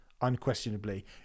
unquestionably